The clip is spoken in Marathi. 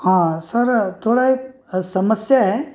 हां सर थोडा एक समस्या आहे